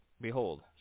Behold